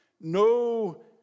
no